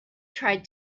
tried